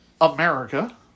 America